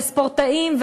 וספורטאים,